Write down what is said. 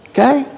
Okay